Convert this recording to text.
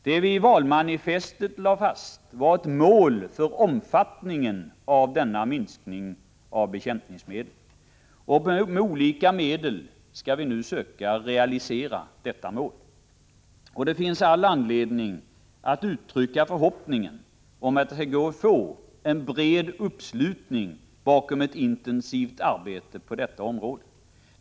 Vad vi i valmanifestet lade fast var ett mål för vilken omfattning minskningen av bekämpningsmedel skall ha, och på olika sätt skall vi nu söka nå detta mål. Det finns all anledning att uttrycka förhoppningen att det skall gå att få en bred uppslutning bakom ett intensivt arbete på det området.